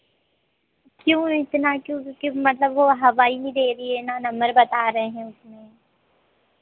क्यों इतना क्यों कि मतलब वो हवा ही नहीं दे रही है ना नंबर बता रहे हैं उसमे